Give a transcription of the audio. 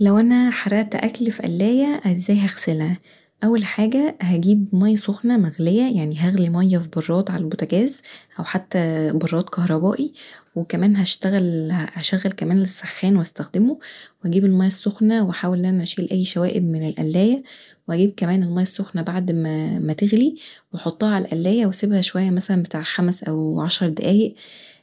لو انا حرقت اكل في قلايه ازاي اغسلها؟ اول حاجه هجيب ميه سخنه مغليه يعني هغلي ميه في براد علي البوتجاز او حتي براد كهربائي وكمان هشتغل هشغل كمان السخان واستخدمه واجيب الميه السخنه واحاول ان انا اشيل اي شوايب من القلايه واجيب كمان الميه السخنه بعد ما تغلي واحطها علي القلايه واسيبها شويه بتاع خمس دقايق او عشر دقايق